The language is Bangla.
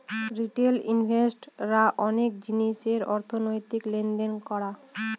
রিটেল ইনভেস্ট রা অনেক জিনিসের অর্থনৈতিক লেনদেন করা